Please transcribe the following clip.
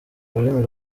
ururimi